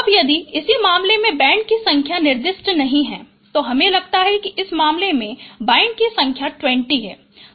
अब यदि इस मामले में बैंड की संख्या निर्दिष्ट नहीं है तो हमें लगता है कि इस मामले में बाइंड की संख्या 20 है